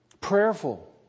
Prayerful